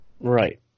Right